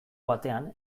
batean